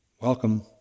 Welcome